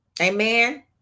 Amen